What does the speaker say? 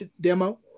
demo